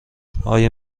آیا